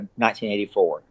1984